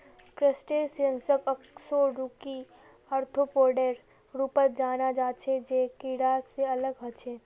क्रस्टेशियंसक अकशेरुकी आर्थ्रोपोडेर रूपत जाना जा छे जे कीडा से अलग ह छे